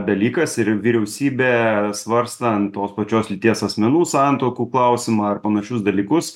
dalykas ir vyriausybė svarstant tos pačios lyties asmenų santuokų klausimą ar panašius dalykus